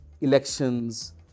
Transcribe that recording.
elections